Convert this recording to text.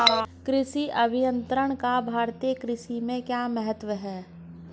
कृषि अभियंत्रण का भारतीय कृषि में क्या महत्व है?